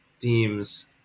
themes